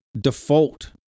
default